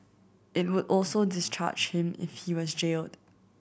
it would also discharge him if he was jailed